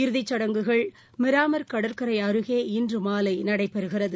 இறுதிச்சடங்குகள் மிராமர் கடற்கரைஅருகே இன்றுமாலைநடக்கிறது